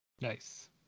Nice